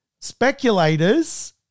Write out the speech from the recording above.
Speculators